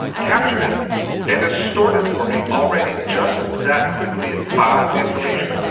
captured it and has stored it for me already. just that quickly it found the information.